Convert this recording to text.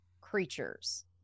creatures